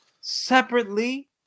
separately